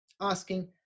asking